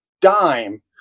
dime